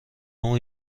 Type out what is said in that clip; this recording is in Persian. اون